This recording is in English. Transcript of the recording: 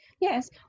yes